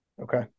Okay